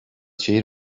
şehir